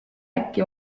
äkki